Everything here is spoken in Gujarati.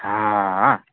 હા